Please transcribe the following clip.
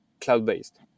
cloud-based